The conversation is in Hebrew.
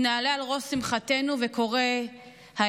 נעלה על ראש שמחתנו אבל קורה ההפך.